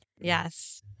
Yes